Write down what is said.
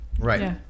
Right